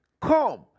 Come